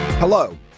Hello